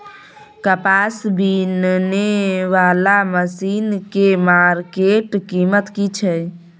कपास बीनने वाला मसीन के मार्केट कीमत की छै?